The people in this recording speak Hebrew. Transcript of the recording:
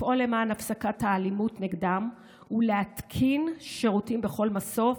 לפעול למען הפסקת האלימות נגדם ולהתקין שירותים בכל מסוף.